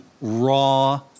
raw